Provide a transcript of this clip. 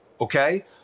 okay